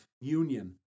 Union